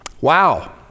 Wow